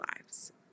lives